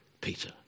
Peter